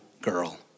girl